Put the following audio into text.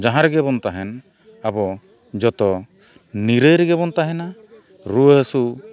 ᱡᱟᱦᱟᱸ ᱨᱮᱜᱮ ᱵᱚᱱ ᱛᱟᱦᱮᱱ ᱟᱵᱚ ᱡᱚᱛᱚ ᱱᱤᱨᱟᱹᱭ ᱨᱮᱜᱮ ᱵᱚᱱ ᱛᱟᱦᱮᱱᱟ ᱨᱩᱭᱟᱹᱼᱦᱟᱹᱥᱩ